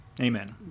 Amen